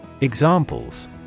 Examples